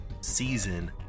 season